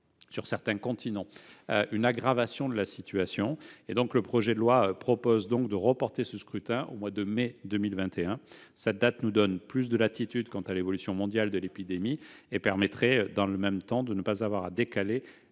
sur certains continents, une aggravation de la situation. Le projet de loi prévoit donc de reporter ce scrutin au mois de mai 2021. Cette date nous donnerait plus de latitude quant à l'évolution mondiale de l'épidémie et permettrait de surcroît de ne pas avoir à décaler